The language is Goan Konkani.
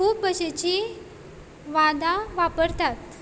खूब भाशेचीं वादां वापरतात